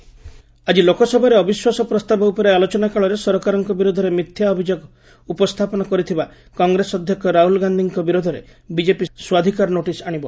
BJP Rahul Gandhi ଆଜି ଲୋକସଭାରେ ଅବିଶ୍ୱାସ ପ୍ରସ୍ତାବ ଉପରେ ଆଲୋଚନାକାଳରେ ସରକାରଙ୍କ ବିରୋଧରେ ମିଥ୍ୟା ଅଭିଯୋଗ ଉପସ୍ଥାପନ କରିଥିବା କଂଗ୍ରେସ ଅଧ୍ୟକ୍ଷ ରାହୁଲ ଗାନ୍ଧିଙ୍କ ବିରୋଧରେ ବିଜେପି ସ୍ୱାଧିକାର ନୋଟିସ୍ ଆଣିବ